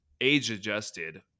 age-adjusted